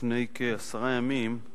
לפני כעשרה ימים,